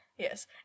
Yes